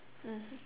mmhmm